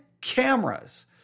cameras